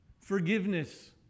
Forgiveness